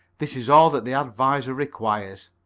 this is all that the adviser requires.